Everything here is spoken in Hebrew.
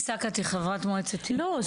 רחלי סקת היא חברת מועצת --- לא,